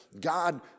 God